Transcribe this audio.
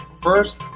first